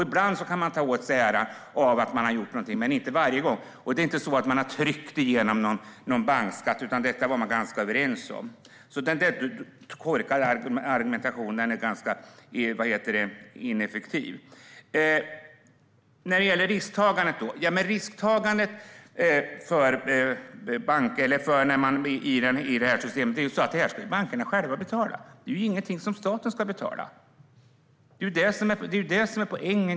Ibland kan man ta åt sig äran av att ha gjort någonting men inte varje gång. Det är inte så att man har fått "trycka igenom" någon bankskatt, utan detta var man ganska överens om. Den där korkade argumentationen är därför ganska ineffektiv. När det gäller risktagandet i systemet är det så att detta ska bankerna själva betala. Det är ingenting som staten ska betala; det är det som är poängen.